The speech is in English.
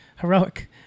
heroic